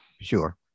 Sure